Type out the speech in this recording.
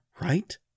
right